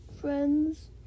friends